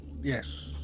Yes